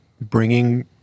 bringing